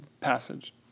passage